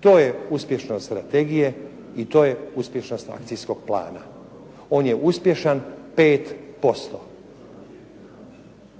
to je uspješnost strategije i to je uspješnost akcijskog plana. On je uspješan 5%.